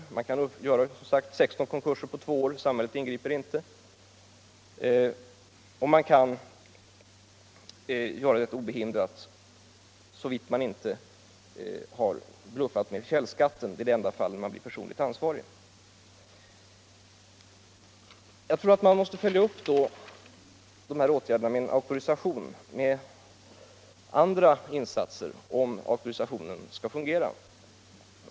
Det är som sagt möjligt att göra 16 konkurser på två år. Samhället ingriper inte, såvida man inte har bluffat med källskatten — det är det enda fall då man blir personligt ansvarig. Jag tror att bestämmelser om auktorisation måste följas upp med andra insatser, om auktorisationen skall fungera.